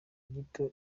gito